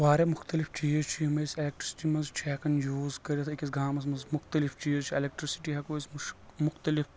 واریاہ مُختٔلِف چیٖز چھ یِم أسۍ منٛز چھ ہٮ۪کان یوٗز کٔرِتھ أکِس گامس منٛز مُختٔلِف چیٖز چھ اٮ۪لٮ۪کٹرکسٹی ہٮ۪کو أسۍ مُختٔلِف